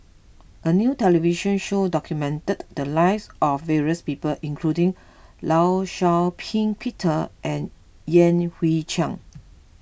a new television show documented the lives of various people including Law Shau Ping Peter and Yan Hui Chang